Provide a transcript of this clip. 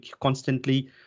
constantly